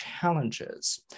challenges